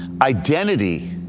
Identity